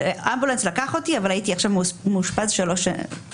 אמבולנס לקח אותו אבל הייתי עכשיו מאושפז כך וכך